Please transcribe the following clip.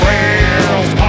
Rails